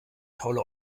tolle